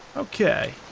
okay.